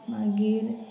मागीर